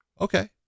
okay